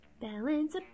Balance